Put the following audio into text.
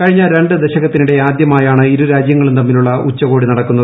കഴിഞ്ഞ രണ്ട് ദശകത്തിനിടെ ആദ്യമായാണ് ഇരുരാജ്യങ്ങളും തമ്മി ലുള്ള ഉച്ചകോടി നടക്കുന്നത്